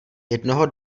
jednoho